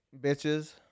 bitches